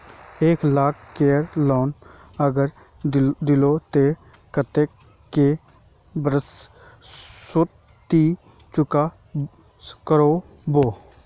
एक लाख केर लोन अगर लिलो ते कतेक कै बरश सोत ती चुकता करबो?